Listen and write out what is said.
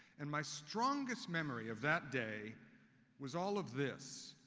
and my strongest memory of that day was all of this,